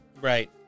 Right